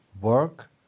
Work